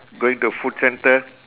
going to food centre